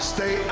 Stay